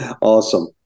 awesome